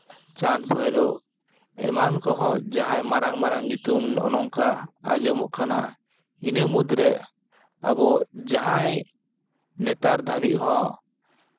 ᱪᱟᱸᱫᱽ ᱵᱷᱟᱭᱨᱳ ᱮᱢᱟᱱ ᱠᱚᱦᱚᱸ ᱡᱟᱦᱟᱸᱭ ᱢᱟᱨᱟᱝ ᱢᱟᱨᱟᱝ ᱧᱩᱛᱩᱢ ᱚᱱ ᱚᱱᱠᱟ ᱟᱸᱡᱚᱢᱚᱜ ᱠᱟᱱᱟ ᱤᱱᱟᱹ ᱢᱩᱫᱽᱨᱮ ᱟᱵᱚ ᱡᱟᱦᱟᱸᱭ ᱱᱮᱛᱟᱨ ᱫᱷᱟᱹᱵᱤᱡ ᱦᱚᱸ